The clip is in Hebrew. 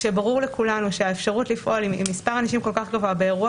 כשברור לכולנו שהאפשרות לפעול עם מספר אנשים כל כך גבוה באירוע